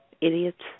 Idiots